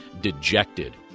dejected